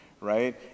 right